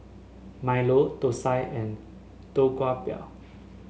milo thosai and Tau Kwa Pau